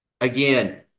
Again